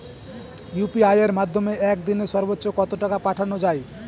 UPI এর মাধ্যমে এক দিনে সর্বচ্চ কত টাকা পাঠানো যায়?